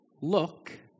Look